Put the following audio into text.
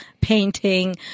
painting